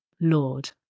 Lord